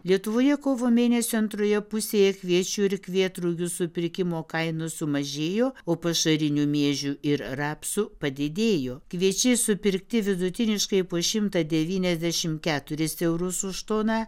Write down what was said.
lietuvoje kovo mėnesio antroje pusėje kviečių ir kvietrugių supirkimo kainos sumažėjo o pašarinių miežių ir rapsų padidėjo kviečiai supirkti vidutiniškai po šimtą devyniasdešim keturis eurus už toną